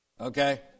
Okay